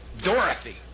Dorothy